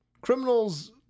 criminals